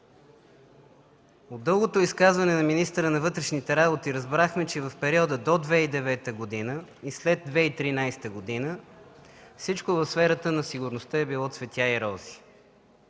От дългото изказване на министъра на вътрешните работи разбрахме, че в периода до 2009 г. и след 2013 г. всичко в сферата на сигурността е било цветя и рози,